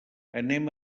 anem